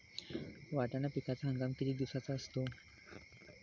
वाटाणा पिकाचा हंगाम किती दिवसांचा असतो?